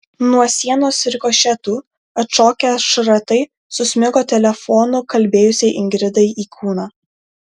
nuo sienos rikošetu atšokę šratai susmigo telefonu kalbėjusiai ingridai į kūną